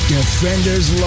Defenders